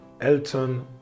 Elton